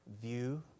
view